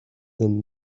than